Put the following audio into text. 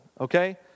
okay